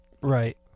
Right